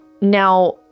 Now